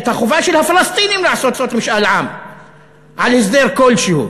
את החובה של הפלסטינים לעשות משאל עם על הסדר כלשהו.